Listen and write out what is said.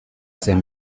zen